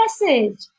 message